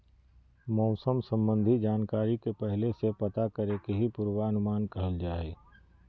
मौसम संबंधी जानकारी के पहले से पता करे के ही पूर्वानुमान कहल जा हय